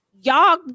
Y'all